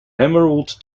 emerald